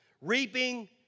reaping